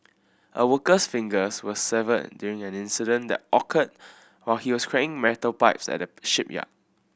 a worker's fingers were severed during an incident that occurred while he was carrying metal pipes at a shipyard